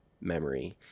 memory